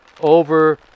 over